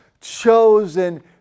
chosen